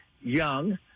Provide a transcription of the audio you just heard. young